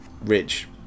Rich